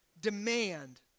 Demand